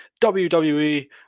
wwe